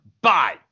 Bye